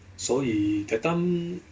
所以 that time